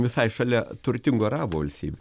visai šalia turtingų arabų valstybių